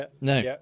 No